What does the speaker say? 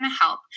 help